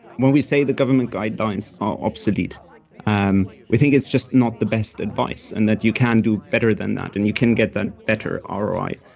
when we say the government guidelines are obsolete um we think it's just not the best advice and that you can do better than that. and you can get the better ah roi.